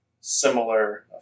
similar